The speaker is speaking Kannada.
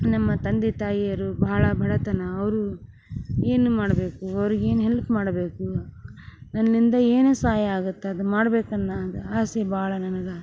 ನಮ್ಮ ತಂದೆ ತಾಯಿಯರು ಭಾಳ ಬಡತನ ಅವರು ಏನು ಮಾಡಬೇಕು ಅವ್ರಿಗೆ ಏನು ಹೆಲ್ಪ್ ಮಾಡಬೇಕು ನನ್ನಿಂದ ಏನೇ ಸಹಾಯ ಆಗತ್ತೆ ಅದು ಮಾಡ್ಬೇಕು ಅನ್ನೋದು ಆಸೆ ಭಾಳ ನನಗೆ